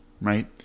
right